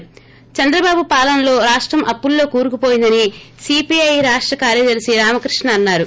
ి చంద్రబాబు పాలనలో రాష్టం అప్పుల్లో కూరుకువోయిందని సీపీఐ రాష్ట కార్యదర్శి రామకృష్ణ అన్నారు